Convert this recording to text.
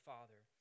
Father